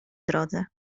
drodze